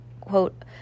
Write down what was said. quote